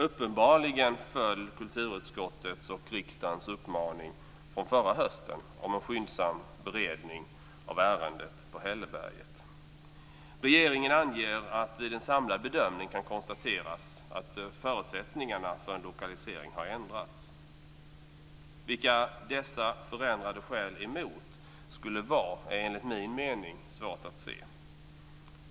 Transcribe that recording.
Uppenbarligen föll kulturutskottets och riksdagens uppmaning från förra hösten om en skyndsam beredning av ärendet på hälleberget. Regeringen anger att det vid en samlad bedömning kan konstateras att förutsättningarna för en lokalisering har ändrats. Vilka dessa förändrade skäl emot skulle vara är enligt min mening svårt att se.